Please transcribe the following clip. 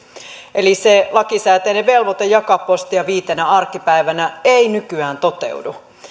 eli se lakisääteinen velvoite jakaa postia viitenä arkipäivänä ei nykyään toteudu